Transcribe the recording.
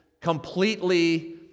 completely